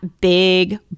big